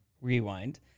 Rewind